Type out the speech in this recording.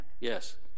Yes